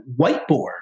whiteboard